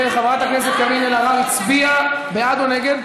חברת הכנסת קארין אלהרר הצביעה בעד או נגד?